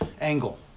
angle